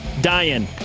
Dying